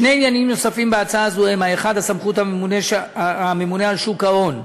שני עניינים נוספים בהצעה זו הם: 1. סמכות הממונה על שוק ההון,